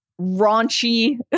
raunchy